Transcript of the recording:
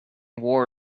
wore